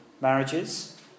marriages